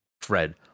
Fred